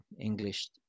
English